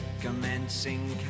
Commencing